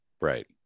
right